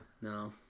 No